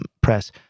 Press